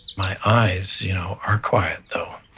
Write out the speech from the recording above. my eyes, you know are quiet, though.